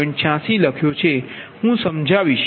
86 લખ્યો છે હું સમજાવીશ